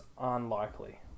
unlikely